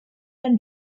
and